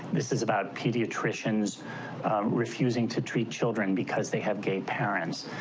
this is about pediatricians refusing to treat children because they have gay parents.